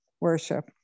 worship